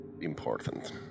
Important